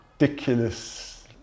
ridiculous